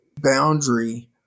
boundary